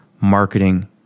marketing